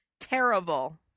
terrible